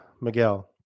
Miguel